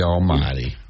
Almighty